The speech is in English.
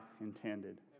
intended